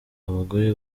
abagore